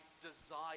desire